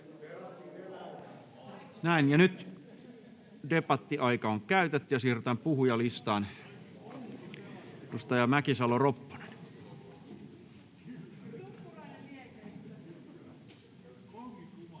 Näin. — Ja nyt debattiaika on käytetty, ja siirrytään puhujalistaan. — Edustaja Mäkisalo-Ropponen. [Speech